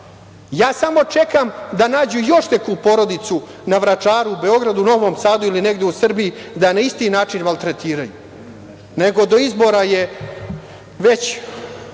Ja samo čekam da nađu još neku porodicu na Vračaru, Beogradu, u Novom Sadu ili negde u Srbiji, da na isti način maltretiraju. Nego, do izbora je već